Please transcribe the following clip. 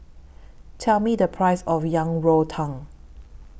Tell Me The Price of Yang Rou Tang